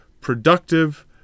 productive